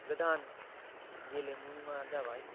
गोदान गेले मुंआनो जाबाय